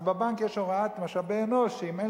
אבל בבנק יש הוראת משאבי אנוש שאם אין